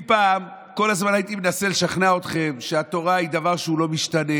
אם פעם כל הזמן הייתי מנסה לשכנע אתכם שהתורה היא דבר שהוא לא משתנה,